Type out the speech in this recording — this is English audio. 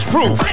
Proof